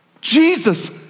Jesus